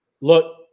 Look